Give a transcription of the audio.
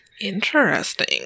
Interesting